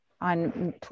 on